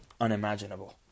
unimaginable